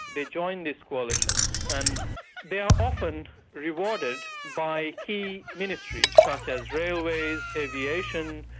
they join this coalition and they are often rewarded by key ministries, such as railways, aviation,